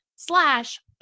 slash